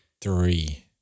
Three